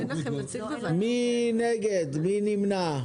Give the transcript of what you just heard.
מי נמנע?